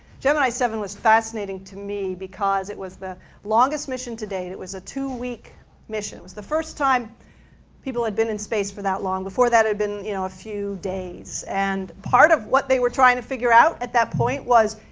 gemini seven was fascinating to me because it was the longest mission to date. it was a two-week mission. it was the first time people had been in space for that long. before that it had been you know a few days and part of what they were trying to figure out, at that point, was,